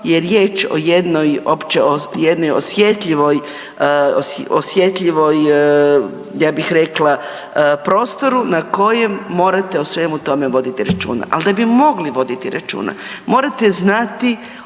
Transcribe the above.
jednoj općoj jednoj osjetljivoj ja bih rekla prostoru na kojem morate o svemu tome voditi računa, ali da bi mogli voditi računa morate znati